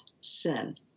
sin